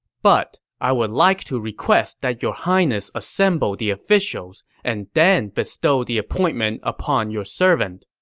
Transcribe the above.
but i would like to request that your highness assemble the officials and then bestow the appointment upon your servant.